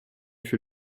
fut